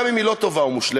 גם אם היא לא טובה ומושלמת,